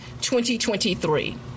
2023